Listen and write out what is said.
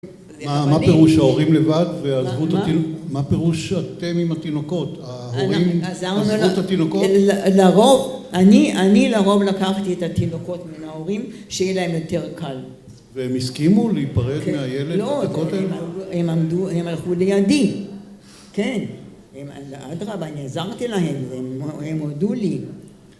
מה פירוש ההורים לבד ועזבו את התינוקות? מה פירוש שאתם עם התינוקות, ההורים עזבו את התינוקות? לרוב, אני לרוב לקחתי את התינוקות מן ההורים שיהיה להם יותר קל. והם הסכימו להיפרד מהילד? לא, הם הלכו לידי, כן, אדרבא, אני עזרתי להם והם הודו לי